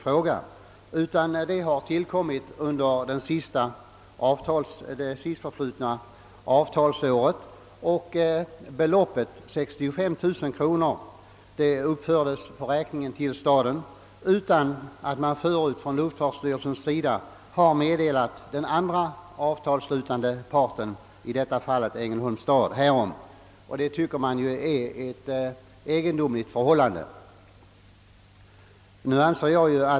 Denna hyra har tillkommit under det sistförflutna avtalsåret. Hyresbeloppet, 65 000 kronor, uppfördes på räkningen till staden utan att luftfartsstyrelsen först lämnade Ängelholms stad något meddelande härom. Det tycker jag är ett egendomligt förfarande.